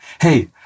Hey